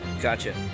Gotcha